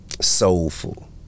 soulful